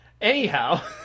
Anyhow